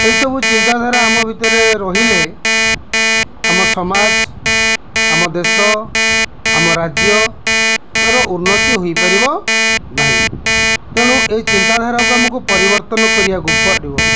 ଏଇସବୁ ଚିନ୍ତାଧାରା ଆମ ଭିତରେ ରହିଲେ ଆମ ସମାଜ ଆମ ଦେଶ ଆମ ରାଜ୍ୟର ଉନ୍ନତି ହୋଇପାରିବ ନାହିଁ ତେଣୁ ଏ ଚିନ୍ତାଧାରାକୁ ଆମକୁ ପରିବର୍ତ୍ତନ କରିବାକୁ ପଡ଼ିବ